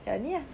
yang ni ah